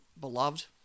beloved